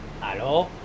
Hello